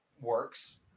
works